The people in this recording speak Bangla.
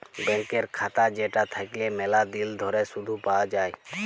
ব্যাংকের খাতা যেটা থাকল্যে ম্যালা দিল ধরে শুধ পাওয়া যায়